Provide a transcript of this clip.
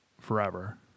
forever